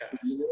Cast